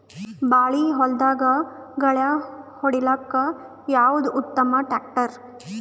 ಬಾಳಿ ಹೊಲದಾಗ ಗಳ್ಯಾ ಹೊಡಿಲಾಕ್ಕ ಯಾವದ ಉತ್ತಮ ಟ್ಯಾಕ್ಟರ್?